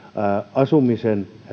asumisen